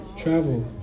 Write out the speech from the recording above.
Travel